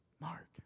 Mark